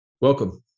Welcome